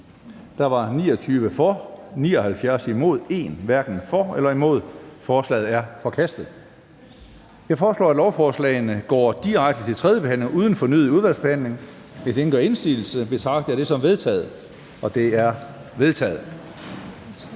er ændringsforslag nr. 2-14 til det delte lovforslag bortfaldet. Jeg foreslår, at lovforslaget går direkte til tredje behandling uden fornyet udvalgsbehandling. Hvis ingen gør indsigelse, betragter jeg dette som vedtaget. Det er vedtaget.